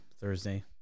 Thursday